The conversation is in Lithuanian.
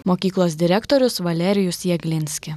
mokyklos direktorius valerijus jaglinski